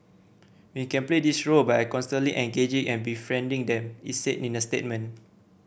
we can play this role by constantly engaging and befriending them it said in a statement